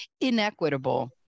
inequitable